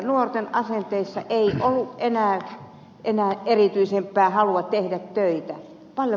nuorten asenteissa ei ollut enää erityisempää halua tehdä töitä